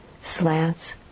slants